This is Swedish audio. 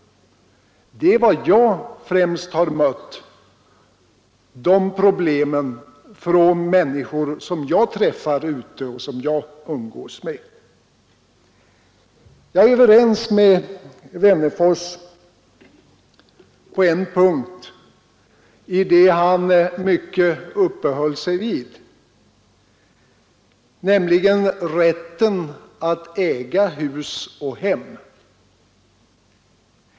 Det är de problemen jag främst har mött bland människor som jag träffar ute och som jag umgås med. Jag är överens med herr Wennerfors på en punkt i det han mycket uppehöll sig vid, nämligen rätten att äga hus och hem.